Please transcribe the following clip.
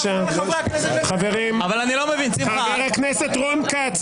בשנת 2004 כמדומני או 2005,